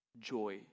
Joy